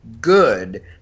good